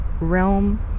realm